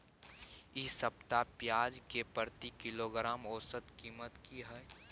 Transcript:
इ सप्ताह पियाज के प्रति किलोग्राम औसत कीमत की हय?